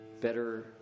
better